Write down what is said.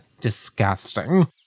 Disgusting